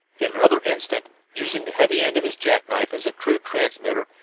in another instant, using the heavy end of his jackknife as a crude transmitter,